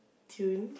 tune